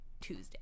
Tuesday